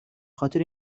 خاطر